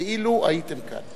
כאילו הייתם כאן.